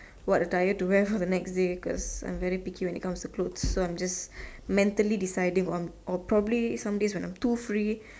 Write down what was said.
what attire to wear for the next day because I am very picky when it comes to clothes so I am just mentally deciding on or probably on some days when I am too free